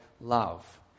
love